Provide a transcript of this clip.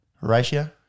ratio